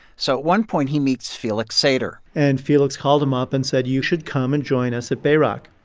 so at one point, he meets felix sater and felix called him up and said, you should come and join us at bayrock.